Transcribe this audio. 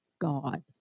God